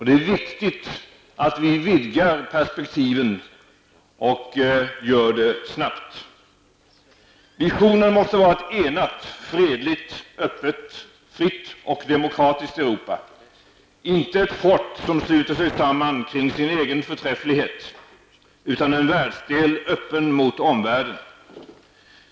Det är viktigt att vi vidgar perspektiven snabbt. Visionen måste vara ett enat, fredligt, öppet, fritt och demokratiskt Europa. Inte ett ''fort'' som sluter sig samman kring sin egen förträfflighet, utan en världsdel öppen mot omvärlden.